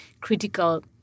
critical